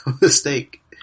mistake